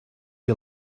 you